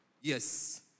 Yes